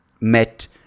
met